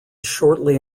shortly